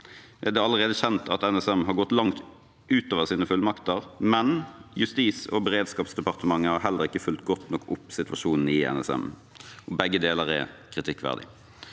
Det er allerede kjent at NSM har gått langt utover sine fullmakter, men Justis- og beredskapsdepartementet har heller ikke fulgt godt nok opp situasjonen i NSM. Begge deler er kritikkverdig.»